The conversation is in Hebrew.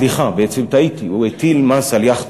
סליחה, בעצם טעיתי, הוא הטיל מס על יאכטות,